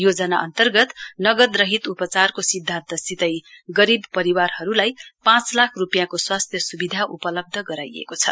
योजना अन्तर्गत नगदरहित उपचारको सिद्यान्तसितै गरीब परिवारहरूलाई पाँच लाख रुपियाँ को स्वास्थ्य स्विधा उपलब्ध गराइएको छ